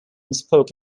spoke